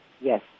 Yes